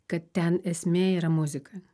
kad ten esmė yra muzika